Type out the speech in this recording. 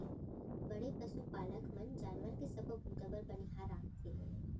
बड़े पसु पालक मन जानवर के सबो बूता बर बनिहार राखथें